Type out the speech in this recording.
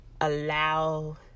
allow